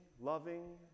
loving